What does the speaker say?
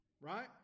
Right